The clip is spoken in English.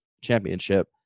championship